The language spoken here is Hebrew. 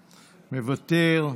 מוותר,